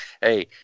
Hey